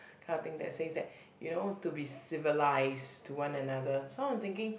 cutting that says that you know to be civilised to one another so I'm thinking